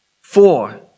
Four